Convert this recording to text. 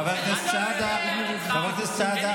תודה רבה, תודה רבה לך.